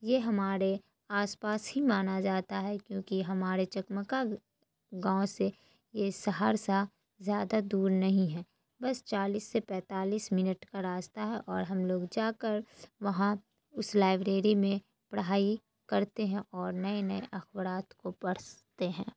یہ ہمارے آس پاس ہی مانا جاتا ہے کیوں کہ ہمارے چکمکہ گاؤں سے یہ سہرسہ زیادہ دور نہیں ہے بس چالیس سے پینتالیس منٹ کا راستہ ہے اور ہم لوگ جا کر وہاں اس لائبریری میں پڑھائی کرتے ہیں اور نئے نئے اخبارات کو پڑھ سکتے ہیں